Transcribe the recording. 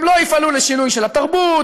הם לא יפעלו לשינוי של התרבות,